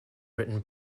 written